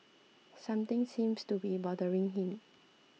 something seems to be bothering him